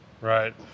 Right